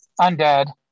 undead